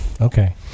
Okay